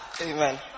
Amen